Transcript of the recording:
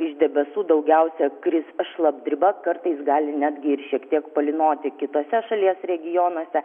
iš debesų daugiausia kris šlapdriba kartais gali netgi ir šiek tiek palynoti kituose šalies regionuose